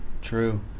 true